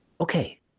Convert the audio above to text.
Okay